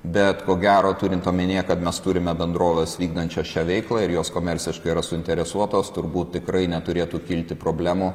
bet ko gero turint omenyje kad mes turime bendroves vykdančias šią veiklą ir jos komerciškai yra suinteresuotos turbūt tikrai neturėtų kilti problemų